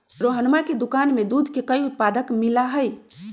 रोहना के दुकान में दूध के कई उत्पाद मिला हई